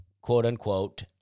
quote-unquote